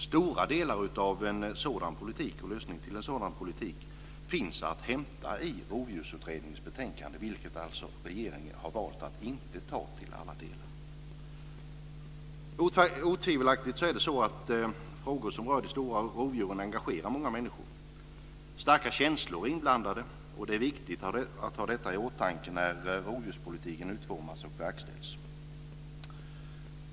Stora delar av en sådan politik finns att hämta i Rovdjursutredningens betänkande, vilket regeringen har valt att inte anta till alla delar. Otvivelaktigt engagerar frågor som rör de stora rovdjuren väldigt många människor. Starka känslor är inblandade, och det är viktigt att ha detta i åtanke när rovdjurspolitiken utformas och verkställs.